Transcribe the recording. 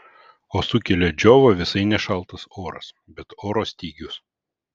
o sukelia džiovą visai ne šaltas oras bet oro stygius